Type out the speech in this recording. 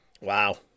Wow